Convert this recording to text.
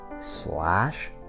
slash